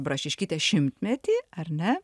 brašiškytės šimtmetį ar ne